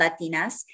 Latinas